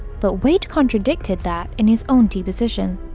but wade contradicted that in his own deposition.